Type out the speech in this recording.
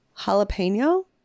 jalapeno